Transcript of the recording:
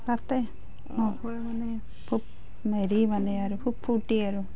পাতে ন খোৱা মানে খুব হেৰি মানে আৰু খুব ফূৰ্ত্তি আৰু